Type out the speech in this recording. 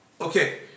Okay